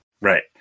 Right